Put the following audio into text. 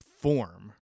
form